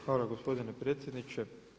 Hvala gospodine predsjedniče.